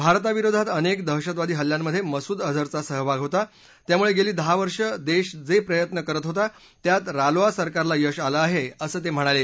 भारताविरोधात अनेक दहशतवादी हल्ल्यांमध्ये मसूद अजहरचा सहभाग होता त्यामुळे गेली दहा वर्ष देश जे प्रयत्न करत होता त्यात रालोआ सरकारला यश आलं आहे असं ते म्हणाले